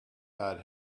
had